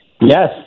Yes